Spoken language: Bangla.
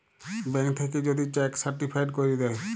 ব্যাংক থ্যাইকে যদি চ্যাক সার্টিফায়েড ক্যইরে দ্যায়